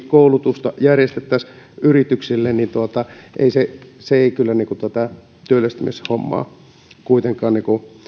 koulutusta järjestettäisiin yrityksille ei kyllä tätä työllistämishommaa kuitenkaan